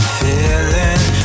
feeling